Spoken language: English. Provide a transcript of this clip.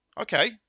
Okay